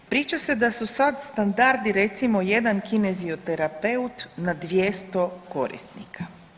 Priča se da su sad standardi recimo jedan kinezioterapeut na 200 korisnika.